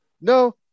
No